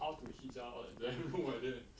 how to hit sia I like damn rude like that